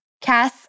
Cass